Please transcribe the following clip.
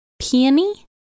peony